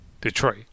Detroit